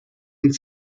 und